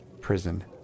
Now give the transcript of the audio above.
Prison